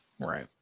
right